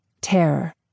terror